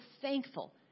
thankful